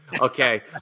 okay